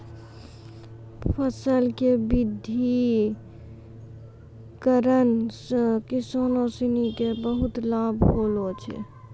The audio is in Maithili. फसल के विविधिकरण सॅ किसानों सिनि क बहुत लाभ होलो छै